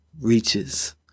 reaches